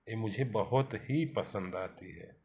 यह मुझे बहुत ही पसंद आती है